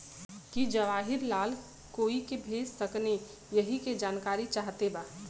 की जवाहिर लाल कोई के भेज सकने यही की जानकारी चाहते बा?